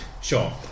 Sure